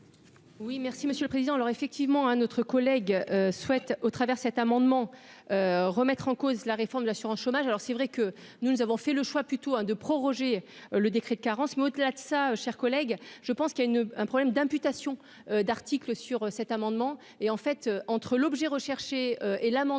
Oui, merci Monsieur le Président, leur effectivement un autre collègue souhaite au travers cet amendement, remettre en cause la réforme de l'assurance chômage, alors c'est vrai que nous, nous avons fait le choix plutôt hein de proroger le décret de carence, mais au-delà de ça, chers collègues, je pense qu'il y a une un problème d'imputation d'articles sur cet amendement et en fait entre l'objet recherché et l'amendement